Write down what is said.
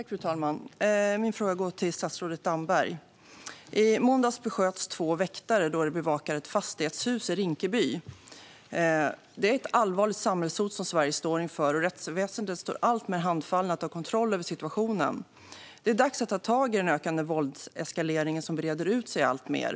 Fru talman! Min fråga går till statsrådet Damberg. I måndags besköts två väktare då de bevakade ett fastighetshus i Rinkeby. Detta är ett allvarligt samhällshot som Sverige står inför, och rättsväsendet står alltmer handfallet inför uppgiften att ta kontroll över situationen. Det är dags att ta tag i den våldseskalering som breder ut sig alltmer.